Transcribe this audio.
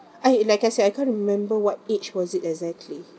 I like I said I can't remember what age was it exactly